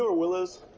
will is?